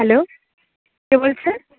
hello কে বলছেন